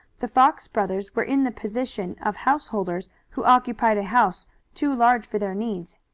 the fox brothers were in the position of householders who occupied a house too large for their needs.